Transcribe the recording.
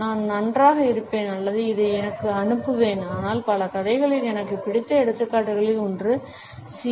நான் நன்றாக இருப்பேன் அல்லது இதை எனக்கு அனுப்புவேன் ஆனால் பல கதைகளில் எனக்கு பிடித்த எடுத்துக்காட்டுகளில் ஒன்று சி